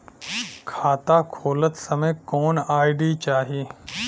खाता खोलत समय कौन आई.डी चाही?